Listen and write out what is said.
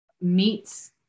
meets